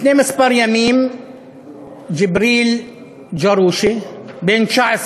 לפני כמה ימים ג'יבריל ג'רושי, בן 19,